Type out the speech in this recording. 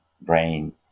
brain